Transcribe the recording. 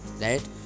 right